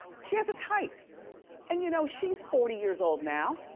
she has a type and you know, she's forty years old now.